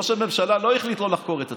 ראש הממשלה לא החליט לא לחקור את עצמו,